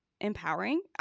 empowering